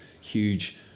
huge